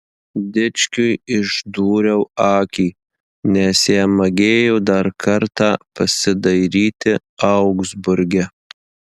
dičkiui išdūriau akį nes jam magėjo dar kartą pasidairyti augsburge